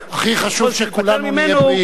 הכי חשוב שכולנו נהיה בריאים.